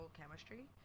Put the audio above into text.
chemistry